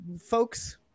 folks